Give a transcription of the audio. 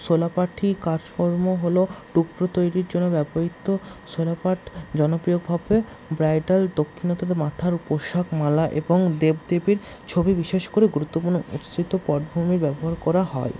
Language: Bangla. শোলাপাঠি কাজকর্ম হলো টুকরো তৈরির জন্য ব্যবহৃত শোলাপাঠ জনপ্রিয়ভাবে ব্রাইডাল দক্ষিণ মাথার পোশাক মালা এবং দেবদেবীর ছবি বিশেষ করে গুরুত্বপূর্ণ উৎসিত পটভূমি ব্যবহার করা হয়